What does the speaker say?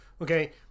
Okay